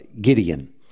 Gideon